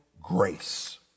grace